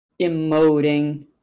emoting